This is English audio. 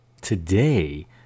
Today